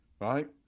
Right